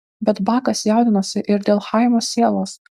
bet bakas jaudinosi ir dėl chaimo sielos